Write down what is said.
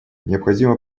необходимо